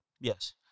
Yes